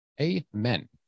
amen